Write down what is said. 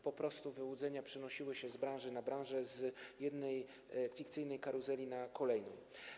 Po prostu wyłudzenia przenosiły się z branży na branżę, z jednej fikcyjnej karuzeli na kolejną.